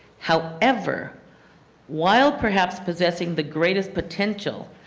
however, while perhaps possessing the greatest potential,